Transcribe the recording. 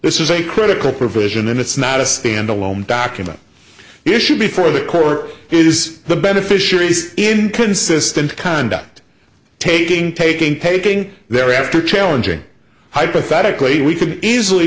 this is a critical provision and it's not a stand alone document issued before the court it is the beneficiaries in consistent conduct taking taking taking their after challenging hypothetically we could easily